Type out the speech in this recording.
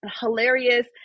hilarious